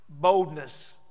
boldness